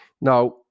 Now